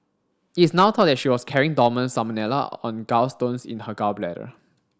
it is now thought that she was carrying dormant salmonella on gallstones in her gall bladder